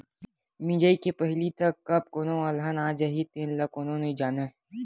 मिजई के पहिली तक कब कोनो अलहन आ जाही तेन ल कोनो नइ जानय